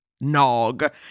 nog